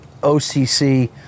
OCC